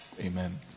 Amen